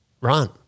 run